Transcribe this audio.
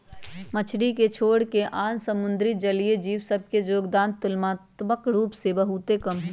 मछरी के छोरके आन समुद्री जलीय जीव सभ के जोगदान तुलनात्मक रूप से बहुते कम हइ